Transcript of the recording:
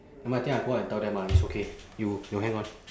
never mind I think I go out and tell them ah it's okay you you hang on